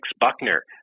Buckner